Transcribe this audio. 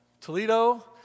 Toledo